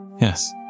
Yes